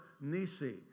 Nisi